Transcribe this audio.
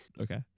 okay